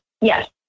Yes